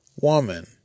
Woman